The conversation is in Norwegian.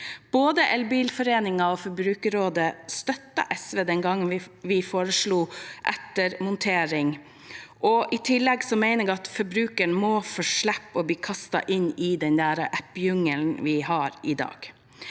Både Elbilforeningen og Forbrukerrådet støttet SV den gangen vi foreslo ettermontering. I tillegg mener jeg at forbrukerne må få slippe å bli kastet inn i den app-jungelen vi har i dag,